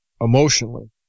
emotionally